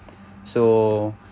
so